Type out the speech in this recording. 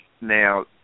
now